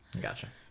Gotcha